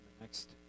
next